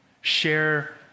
share